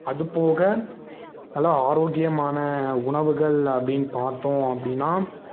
அதுபோக நல்லா ஆரோக்கியமான உணவுகள் அப்படின் பார்த்தோம் அப்படின்னா